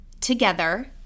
together